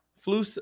flu